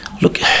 Look